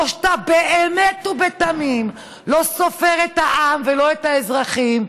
או שאתה באמת ובתמים לא סופר את העם ולא את האזרחים,